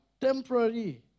temporary